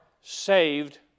saved